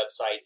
website